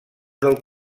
del